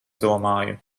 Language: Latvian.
domāju